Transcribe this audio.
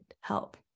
help